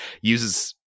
uses